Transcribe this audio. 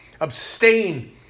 Abstain